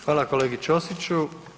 Hvala kolegi Ćosiću.